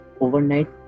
overnight